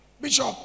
Bishop